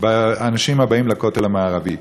של ממש באנשים הבאים לכותל המערבי.